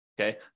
okay